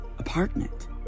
apartment